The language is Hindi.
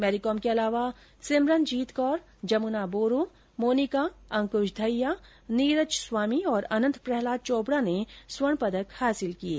मैरीकॉम के अलावा सिमरनजीत कौर जमुना बोरो मोनिका अंकुश दहिया नीरज स्वामी और अनंत प्रहलाद चौपड़ा ने स्वर्ण पदक हासिल किये